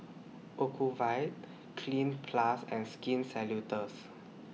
Ocuvite Cleanz Plus and Skin